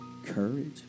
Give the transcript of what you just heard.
Courage